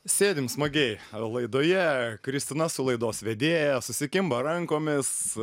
sėdim smagiai laidoje kristina su laidos vedėja susikimba rankomis